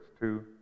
two